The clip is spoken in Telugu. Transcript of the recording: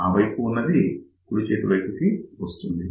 ఆ వైపున ఉన్నది కుడి చేతి వైపు వస్తుంది